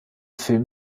film